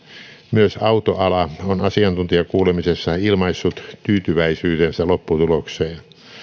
myös autoala on asiantuntijakuulemisessa ilmaissut tyytyväisyytensä lopputulokseen